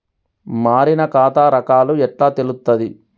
మారిన ఖాతా రకాలు ఎట్లా తెలుత్తది?